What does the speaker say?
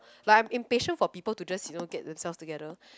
like I am impatient for people to just you know get themselves together